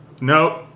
nope